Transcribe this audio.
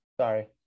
sorry